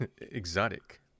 Exotic